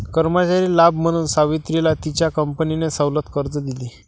कर्मचारी लाभ म्हणून सावित्रीला तिच्या कंपनीने सवलत कर्ज दिले